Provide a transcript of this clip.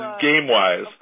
game-wise